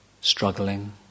struggling